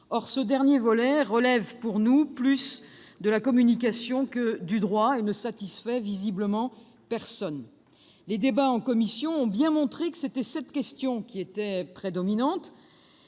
nous, ce dernier volet relève davantage de la communication que du droit, et ne satisfait visiblement personne. Les débats en commission ont bien montré que c'était là la question prédominante.